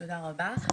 תודה רבה.